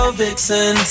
vixen